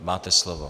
Máte slovo.